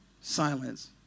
Silence